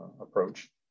approach